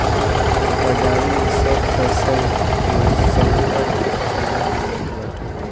अब बाजारी में सब फसल के संकर बिया मिलत बाटे